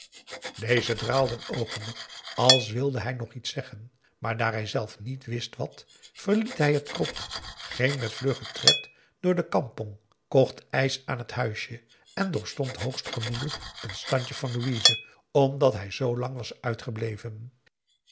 deze draalde een oogenblik als wilde hij nog iets zeggen maar daar hijzelf niet wist wat verliet hij het krot ging met vluggen tred door de kampong kocht ijs aan t huisje en doorstond hoogst gemoedelijk een standje van louise omdat hij zoo lang was uitgebleven